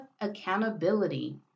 accountability